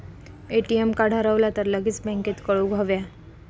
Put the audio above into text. ATM card हरवला तर लगेच बँकेत कळवुक हव्या